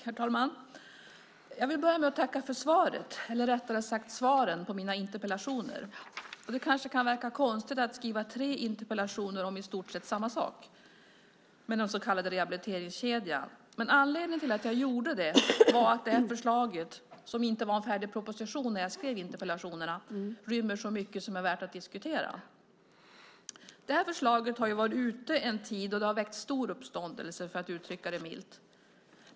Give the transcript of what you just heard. Herr talman! Jag vill börja med att tacka för svaret, eller rättare sagt svaren, på mina interpellationer. Det kanske kan verka konstigt att skriva tre interpellationer om i stort sett samma sak, den så kallade rehabiliteringskedjan, men anledningen till att jag gjorde det var att det förslaget, som inte var en färdig proposition när jag skrev interpellationerna, rymmer så mycket som är värt att diskutera. Det här förslaget har varit ute en tid, och det har väckt stor uppståndelse, för att uttrycka det milt.